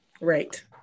Right